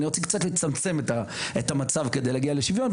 אני רוצה לצמצם קצת את הפער כדי להגיע לשוויון.